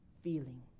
feeling